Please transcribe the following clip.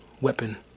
weapon